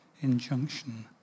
injunction